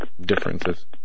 differences